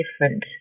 different